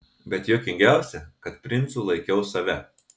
bet juokingiausia kad princu laikiau save